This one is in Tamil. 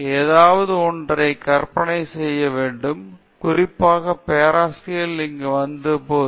ஏதாவது ஒன்றைக் கற்பனை செய்ய வேண்டும் குறிப்பாக பேராசிரியர்கள் இங்கு வந்த போது